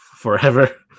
forever